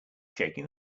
shaking